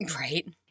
right